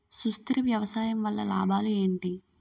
సుస్థిర వ్యవసాయం వల్ల లాభాలు ఏంటి?